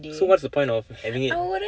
so what's the point of having it